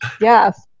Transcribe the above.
Yes